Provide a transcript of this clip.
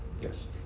yes